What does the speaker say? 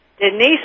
Denise